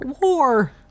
war